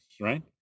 right